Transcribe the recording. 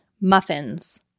muffins